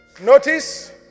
Notice